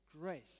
Grace